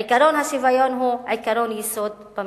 עקרון השוויון הוא עקרון יסוד במשפט,